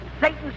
Satan